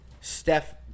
Steph